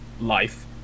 life